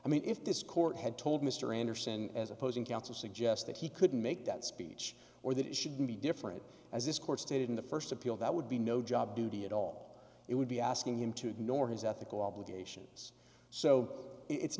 i mean if this court had told mr anderson as opposing counsel suggest that he couldn't make that speech or that it should be different as this court stated in the first appeal that would be no job duty at all it would be asking him to ignore his ethical obligations so it's